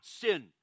sin